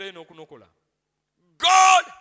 God